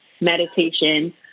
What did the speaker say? meditation